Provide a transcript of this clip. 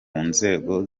nzego